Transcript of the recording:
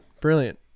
brilliant